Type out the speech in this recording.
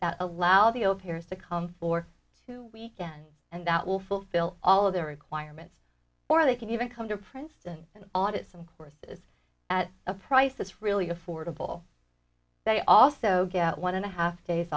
that allow the overhears to come for two weeks and that will fulfill all of their requirements or they can even come to princeton and audit some courses at a price that's really affordable they also get one and a half days